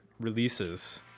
releases